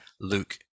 luke